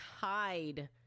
hide